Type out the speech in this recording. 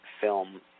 film